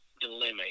dilemma